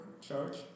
charge